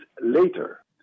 later